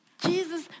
Jesus